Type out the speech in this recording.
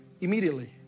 immediately